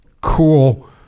Cool